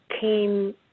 came